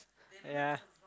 yea